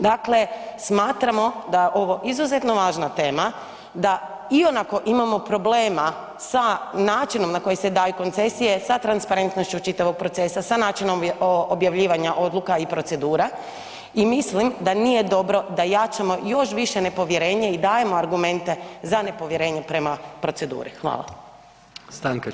Dakle, smatramo da je ovo izuzeto važna tema, da ionako imamo problema sa načinom na koji se daju koncesije, sa transparentnošću čitavog procesa, sa načinom objavljivanja odluka i procedura i mislim da nije dobro da jačamo još više nepovjerenje i dajemo argumente za nepovjerenje prema proceduri.